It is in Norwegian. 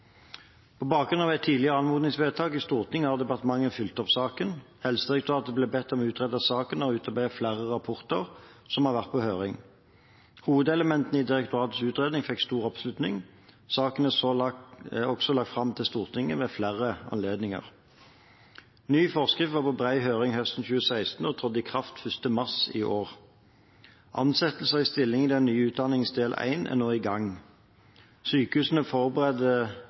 På bakgrunn av et tidligere anmodningsvedtak i Stortinget har departementet fulgt opp saken. Helsedirektoratet ble bedt om å utrede saken og utarbeide flere rapporter, som har vært på høring. Hovedelementene i direktoratets utredning fikk stor oppslutning. Saken er også lagt fram for Stortinget ved flere anledninger. Ny forskrift var på bred høring høsten 2016 og trådte i kraft 1. mars i år. Ansettelser i stilling i den nye utdanningens del 1 er nå i gang. Sykehusene